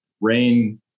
rain